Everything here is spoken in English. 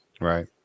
right